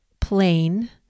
plain